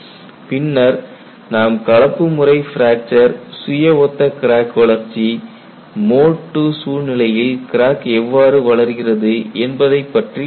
பின்னர் நாம் கலப்பு முறை பிராக்சர் சுய ஒத்த கிராக் வளர்ச்சி மோட் II சூழ்நிலையில் கிராக் எவ்வாறு வளர்கிறது என்பதைப் பற்றி பார்த்தோம்